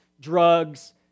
drugs